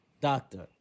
Doctor